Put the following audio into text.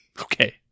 Okay